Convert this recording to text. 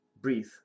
breathe